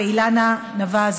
ואילנה נווה,